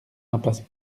impasse